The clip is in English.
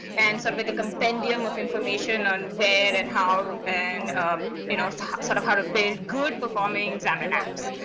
and sort of like a compendium of information on where and how and you know so sort of how to build good performing xamarin apps.